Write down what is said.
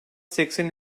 seksen